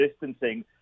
distancing